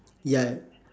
ya